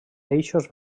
eixos